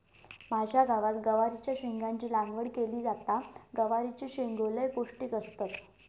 माझ्या गावात गवारीच्या शेंगाची लागवड केली जाता, गवारीचे शेंगो लय पौष्टिक असतत